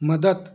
मदत